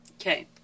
Okay